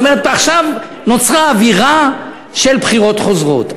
זאת אומרת, עכשיו נוצרה אווירה של בחירות חוזרות.